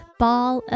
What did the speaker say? ball